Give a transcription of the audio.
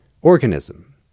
Organism